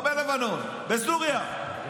לא בלבנון, בסוריה,